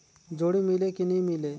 जोणी मीले कि नी मिले?